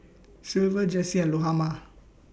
Silver Jessee and Lahoma